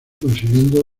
consiguiendo